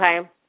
Okay